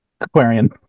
Aquarian